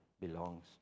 belongs